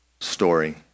story